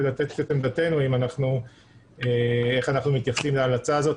ולתת את עמדתנו איך אנחנו מתייחסים להמלצה הזאת,